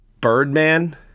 Birdman